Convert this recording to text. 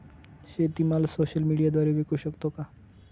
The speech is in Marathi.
शेतीमाल सोशल मीडियाद्वारे विकू शकतो का?